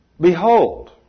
Behold